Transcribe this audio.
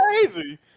crazy